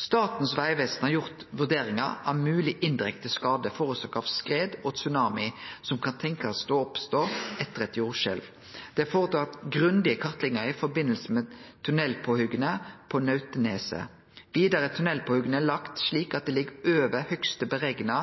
Statens vegvesen har gjort vurderingar av mogleg indirekte skade forårsaka av skred og tsunami som kan tenkjast å oppstå etter eit jordskjelv. Det er føretatt grundige kartleggingar i samband med tunnelpåhogga på Nautneset. Vidare er tunnelpåhogga lagt slik at det ligg over høgste berekna